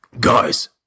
Guys